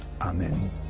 amen